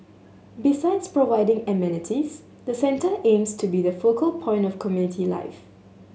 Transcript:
besides providing amenities the centre aims to be the focal point of community life